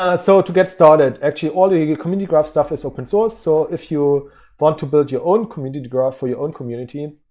ah so to get started, actually all your your community graph stuff is open source. so if you want to build your own community graph, for your own community,